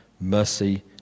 mercy